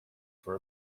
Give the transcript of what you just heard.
for